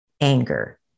anger